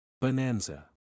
Bonanza